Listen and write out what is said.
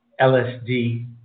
LSD